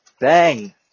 Bang